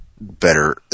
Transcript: better